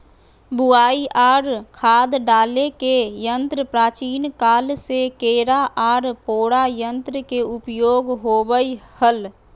बुवाई आर खाद डाले के यंत्र प्राचीन काल से केरा आर पोरा यंत्र के उपयोग होवई हल